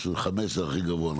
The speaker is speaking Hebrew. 5 זה הכי גבוה,